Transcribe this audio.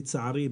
לצערי,